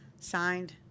signed